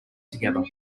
together